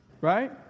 right